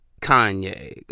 Kanye